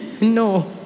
No